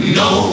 no